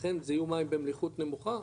לכן זה יהיו מים במליחות נמוכה,